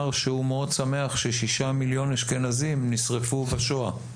שהוא מאוד שמח ש-שישה מיליון אשכנזים נשרפו בשואה.